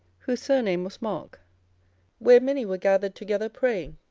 whose surname was mark where many were gathered together praying.